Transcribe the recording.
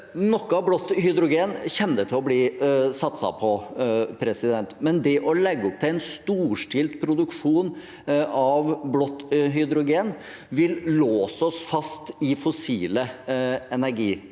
Noe blått hydrogen kommer det til å bli satset på, men det å legge opp til en storstilt produksjon av blått hydrogen vil låse oss fast i fossile energisystem.